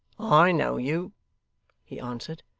i know you he answered.